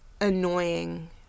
annoying